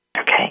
Okay